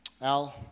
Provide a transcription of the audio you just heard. Al